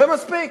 זה מספיק.